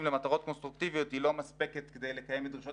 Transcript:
למטרות קונסטרוקטיביות היא לא מספקת כדי לקיים את דרישות